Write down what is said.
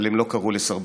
אבל הם לא קראו לסרבנות.